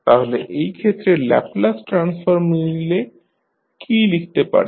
তাহলে এই ক্ষেত্রে ল্যাপলাস ট্রান্সফর্ম নিলে কী লিখতে পারেন